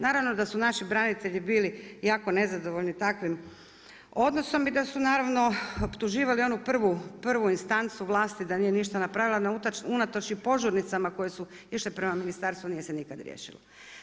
Naravno da su naši branitelji bili jako nezadovoljni takvim odnosom i da su naravno optuživali onu prvu instancu vlasti da nije ništa napravila unatoč i požurnicama koje su išle prema ministarstvu, nije se nikad riješilo.